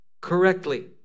correctly